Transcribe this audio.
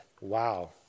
Wow